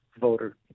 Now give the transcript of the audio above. voter